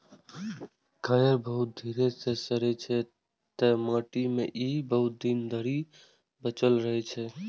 coir बहुत धीरे सं सड़ै छै, तें माटि मे ई बहुत दिन धरि बचल रहै छै